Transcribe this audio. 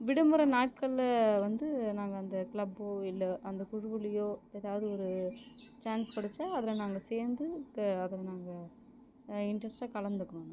விடுமுறை நாட்களில்வந்து நாங்கள் அந்த கிளப்பு இல்லை அந்த குழுவுலேயோ ஏதாவது ஒரு சான்ஸ் கிடைச்சா அதில் நாங்கள் சேர்ந்து க அதை நாங்கள் இன்டரஸ்ட்டாக கலந்துக்குவோம்